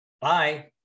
Bye